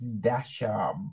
Dasha